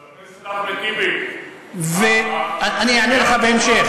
חבר הכנסת אחמד טיבי, אני אענה לך בהמשך.